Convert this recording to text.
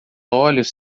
olhos